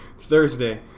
thursday